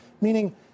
meaning